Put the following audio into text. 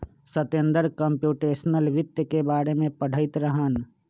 Satender computational वित्त के बारे में पढ़ईत रहन